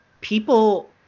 people